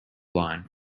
line